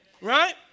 Right